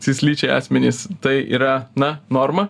cislyčiai asmenys tai yra na norma